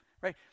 Right